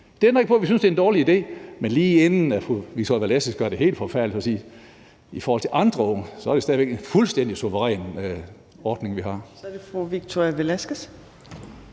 Det ændrer ikke på, at vi synes, det er en dårlig idé, men lige inden fru Victoria Velasquez gør det helt forfærdeligt, vil jeg sige, at i forhold til andre unge er det stadig væk en fuldstændig suveræn ordning, vi har. Kl. 14:49 Tredje